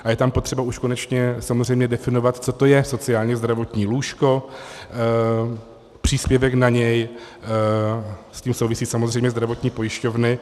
A je tam potřeba už konečně definovat, co to je sociálnězdravotní lůžko, příspěvek na něj, s tím souvisí samozřejmě zdravotní pojišťovny.